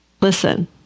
listen